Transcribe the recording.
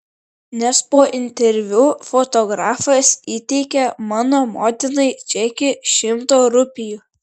nes po interviu fotografas įteikė mano motinai čekį šimto rupijų